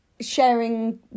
sharing